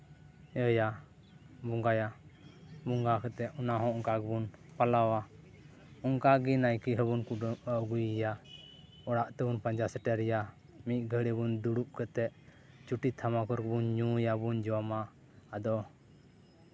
ᱞᱟᱹᱭᱟ ᱵᱚᱸᱜᱟᱭᱟ ᱵᱚᱸᱜᱟ ᱠᱟᱛᱮᱫ ᱚᱱᱟᱦᱚᱸ ᱚᱱᱠᱟ ᱜᱮᱵᱚᱱ ᱯᱟᱞᱟᱣᱟ ᱚᱱᱠᱟ ᱜᱮ ᱱᱟᱭᱠᱮ ᱦᱚᱸᱵᱚᱱ ᱟᱹᱜᱩᱭᱮᱭᱟ ᱚᱲᱟᱜ ᱛᱮᱵᱚᱱ ᱯᱟᱸᱡᱟ ᱥᱮᱴᱮᱨᱮᱭᱟ ᱢᱤᱫ ᱜᱷᱟᱹᱲᱤ ᱵᱚᱱ ᱫᱩᱲᱩᱵᱽ ᱠᱟᱛᱮᱫ ᱪᱩᱴᱤ ᱛᱷᱟᱢᱟᱠᱩᱨ ᱵᱚᱱ ᱧᱩᱭᱟᱵᱚᱱ ᱡᱚᱢᱟ ᱟᱫᱚ